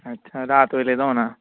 ਅੱਛਾ ਰਾਤ ਵੇਲੇ ਦਾ ਹੋਣਾ